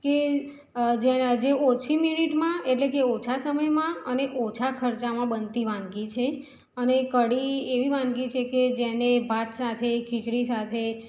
કે જે જે ઓછી મીનીટમાં એટલે કે ઓછા સમયમાં અને ઓછા ખર્ચામાં બનતી વાનગી છે અને કઢી એવી વાનગી છે કે જેને ભાત સાથે ખીચડી સાથે